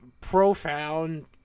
profound